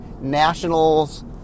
Nationals